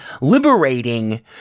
liberating